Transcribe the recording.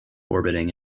orbiting